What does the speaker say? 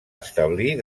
establir